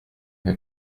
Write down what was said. her